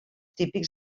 típics